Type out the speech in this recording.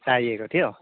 चाहिएको थियो